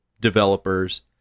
developers